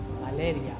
Malaria